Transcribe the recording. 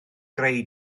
greu